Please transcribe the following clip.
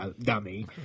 dummy